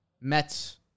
Mets